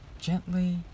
gently